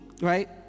right